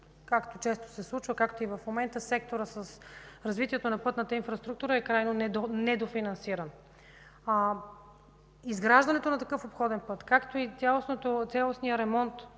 както често се случва, както и в момента секторът за развитието на пътната инфраструктура е крайно недофинансиран. Изграждането на такъв обходен път, както и цялостния ремонт